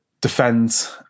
defend